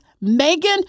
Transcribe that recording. Megan